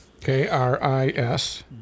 K-R-I-S